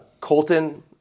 Colton